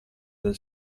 del